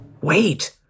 wait